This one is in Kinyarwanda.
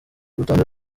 rutonde